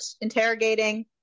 interrogating